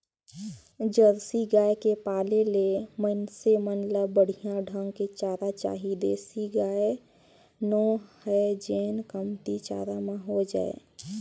Jersey गाय के पाले ले मइनसे मन ल बड़िहा ढंग के चारा चाही देसी गाय नो हय जेन कमती चारा म हो जाय